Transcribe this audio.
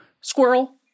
squirrel